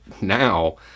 now